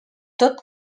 tot